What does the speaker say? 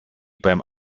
beim